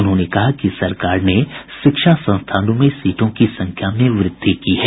उन्होंने कहा कि सरकार ने शिक्षा संस्थानों में सीटों की संख्या में वृद्धि की है